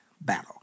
battle